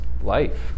life